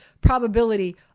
probability